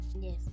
Yes